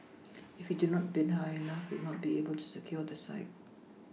if we do not bid high enough we would not be able to secure the site